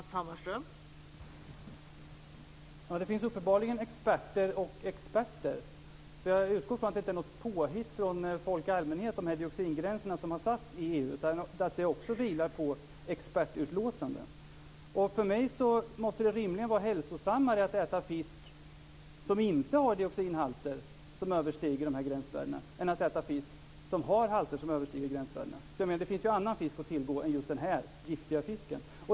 Fru talman! Det finns uppenbarligen experter och experter. Jag utgår från att de dioxingränser som har satts i EU inte är något påhitt från folk i allmänhet, utan att de också vilar på expertutlåtanden. För mig måste det rimligen vara hälsosammare att äta fisk som inte har dioxinhalter som överstiger de här gränsvärdena än att äta fisk som har halter som överstiger gränsvärdena. Det finns ju annan fisk att tillgå än just den här giftiga fisken.